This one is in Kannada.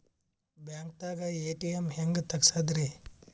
ಬ್ಯಾಂಕ್ದಾಗ ಎ.ಟಿ.ಎಂ ಹೆಂಗ್ ತಗಸದ್ರಿ?